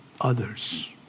others